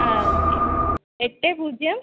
ആ ഓക്കെ എട്ട് പൂജ്യം